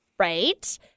Right